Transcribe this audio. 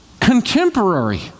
contemporary